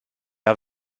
are